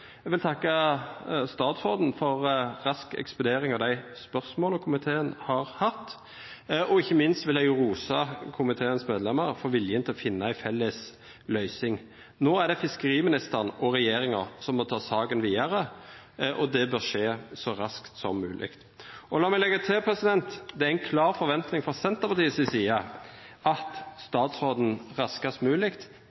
Eg vil takka statsråden for rask ekspedering av dei spørsmåla komiteen har hatt. Og ikkje minst vil eg rosa komiteens medlemar for viljen til å finna ei felles løysing. No er det fiskeriministeren og regjeringa som må ta saka vidare, og det bør skje så raskt som mogleg. La meg leggja til at det er ei klar forventing frå Senterpartiets side at